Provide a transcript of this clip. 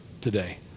today